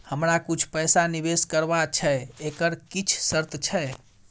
हमरा कुछ पैसा निवेश करबा छै एकर किछ शर्त छै?